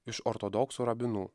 iš ortodoksų rabinų